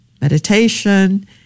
meditation